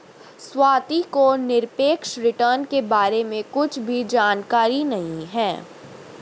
स्वाति को निरपेक्ष रिटर्न के बारे में कुछ भी जानकारी नहीं है